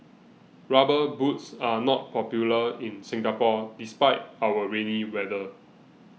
rubber boots are not popular in Singapore despite our rainy weather